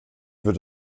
wird